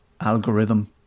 algorithm